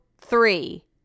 three